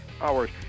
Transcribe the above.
hours